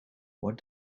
what